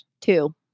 Two